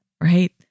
Right